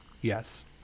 yes